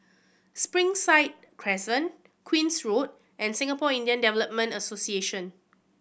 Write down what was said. Springside Crescent Queen's Road and Singapore Indian Development Association